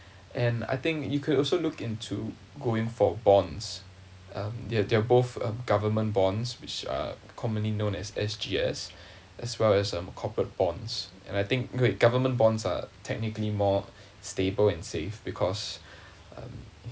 and I think you could also look into going for bonds um there're there're both uh government bonds which are commonly known as S_G_S as well as um corporate bonds and I think with government bonds are technically more stable and safe because um